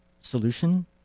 solution